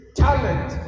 talent